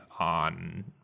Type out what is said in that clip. on